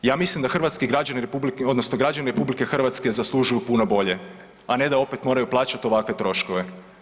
Ja mislim da hrvatski građani odnosno građani RH zaslužuju puno bolje, a ne da opet moraju plaćati ovakve troškove.